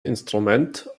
instrument